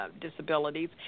disabilities